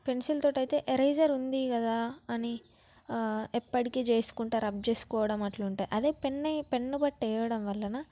pencil తోటి అయితే eraser ఉంది కదా అని ఎప్పటికి చేసుకుంటా రబ్ చేసుకోవడం అట్లు ఉంటుంది అదే పెన్ పెన్ను బట్టి వేయడం వలన